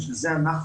בשביל זה אנחנו